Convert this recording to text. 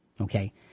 Okay